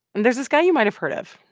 and there's this guy you might have heard of.